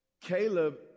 caleb